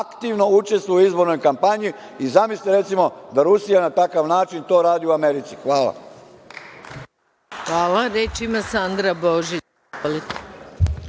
aktivno učestvuju u izbornoj kampanji i zamislite recimo, da Rusija na takav način to radi u Americi? Hvala. **Maja Gojković** Hvala. Reč ima Sandra Božić,